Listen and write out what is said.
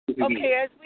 okay